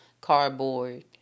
cardboard